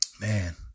man